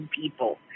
people